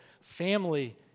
family